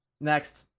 Next